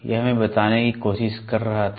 यह मैं बताने की कोशिश कर रहा था